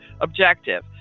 objective